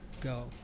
go